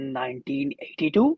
1982